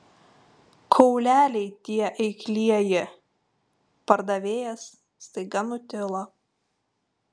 kauleliai tie eiklieji pardavėjas staiga nutilo